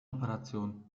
operationen